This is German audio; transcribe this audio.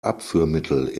abführmittel